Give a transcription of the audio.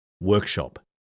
workshop